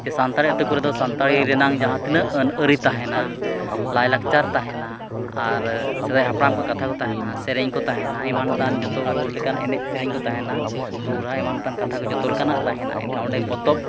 ᱡᱮ ᱥᱟᱱᱛᱟᱲᱤ ᱟᱹᱛᱩ ᱠᱚᱨᱮᱫᱚ ᱥᱟᱱᱛᱟᱲᱤ ᱨᱮᱱᱟᱜ ᱡᱟᱦᱟᱸ ᱛᱤᱱᱟᱹᱜ ᱟᱹᱱᱼᱟᱹᱨᱤ ᱛᱟᱦᱮᱱᱟ ᱞᱟᱭᱼᱞᱟᱠᱪᱟᱨ ᱛᱟᱦᱮᱱᱟ ᱟᱨ ᱥᱮᱫᱟᱭ ᱦᱟᱯᱲᱟᱢ ᱠᱚᱣᱟᱜ ᱠᱟᱛᱷᱟ ᱠᱚ ᱛᱟᱦᱮᱱᱟ ᱥᱮ ᱥᱮᱨᱮᱧᱠᱚ ᱛᱟᱦᱮᱱᱟ ᱮᱢᱟᱱᱼᱛᱮᱢᱟᱱ ᱡᱚᱛᱚ ᱞᱮᱠᱟᱱ ᱮᱱᱮᱡᱼᱥᱮᱨᱮᱧ ᱠᱚ ᱛᱟᱦᱮᱱᱟ ᱨᱩᱼᱨᱟᱦᱟ ᱮᱢᱟᱱᱼᱛᱮᱢᱟᱱ ᱠᱟᱛᱷᱟ ᱠᱚ ᱡᱚᱛᱚ ᱞᱮᱠᱟᱱᱟᱜ ᱛᱟᱦᱮᱱᱟ ᱮᱱᱠᱷᱟᱱ ᱚᱸᱰᱮ ᱯᱚᱛᱚᱵ